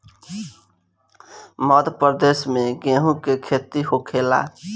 मध्यप्रदेश में गेहू के खेती होखेला